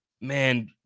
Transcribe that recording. man